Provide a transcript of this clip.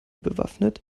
bewaffnet